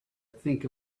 think